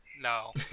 No